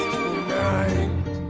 tonight